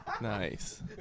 Nice